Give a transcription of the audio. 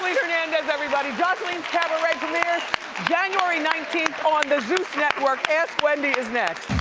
hernandez, everybody. joseline's cabaret premieres january nineteenth on the zeus network. ask wendy is next.